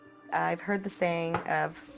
i've heard the saying of